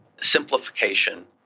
simplification